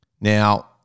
Now